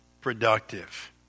productive